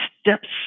steps